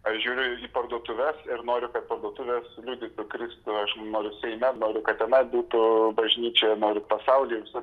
aš žiūriu į parduotuves ir noriu kad parduotuvės liudytų kristų aš noriu seime noriu kad tenai būtų bažnyčia noriu pasauly visur